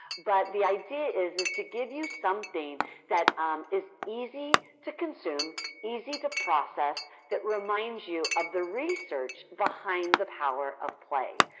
but the idea is is to give you something that is easy to consume easy to process that reminds you of the research behind the power to play.